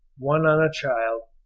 one on a child,